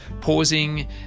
pausing